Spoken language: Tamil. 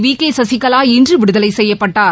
வி கே சசிகலா இன்று விடுதலை செய்யப்பட்டார்